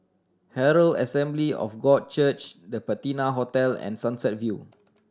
Herald Assembly of God Church The Patina Hotel and Sunset View